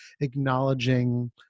acknowledging